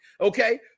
Okay